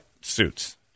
suits